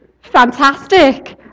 Fantastic